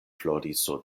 floriso